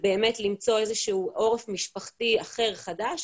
ובאמת למצוא איזה שהוא עורף משפחתי אחר חדש,